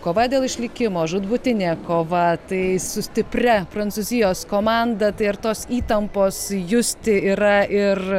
kova dėl išlikimo žūtbūtinė kova tai su stipria prancūzijos komanda tai ar tos įtampos justi yra ir